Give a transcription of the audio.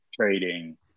trading